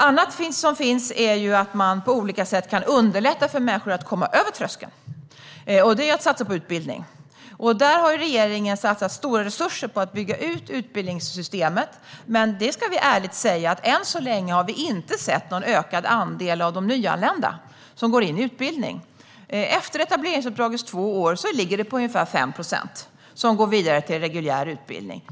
Det andra verktyget för att underlätta för människor att komma över tröskeln är att satsa på utbildning. Regeringen har satsat stora resurser på att bygga ut utbildningssystemet. Men jag ska ärligt säga att vi än så länge inte har sett någon ökad andel av de nyanlända som går in i utbildning. Efter etableringsuppdragets två år är det ungefär 5 procent som går vidare till reguljär utbildning.